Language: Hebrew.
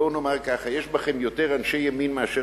בואו נאמר כך: יש בכם יותר אנשי ימין מאשר